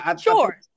Sure